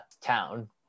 town